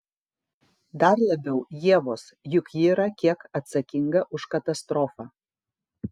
dar labiau ievos juk ji yra kiek atsakinga už katastrofą